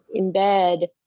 embed